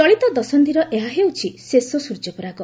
ଚଳିତ ଦଶନ୍ଧିର ଏହା ହେଉଛି ଶେଷ ସ୍ୱର୍ଯ୍ୟପରାଗ